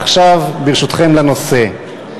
עכשיו, ברשותכם, לנושא.